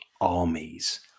armies